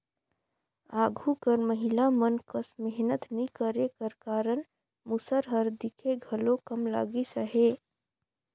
आघु कर महिला मन कस मेहनत नी करे कर कारन मूसर हर दिखे घलो कम लगिस अहे